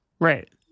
Right